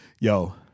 Yo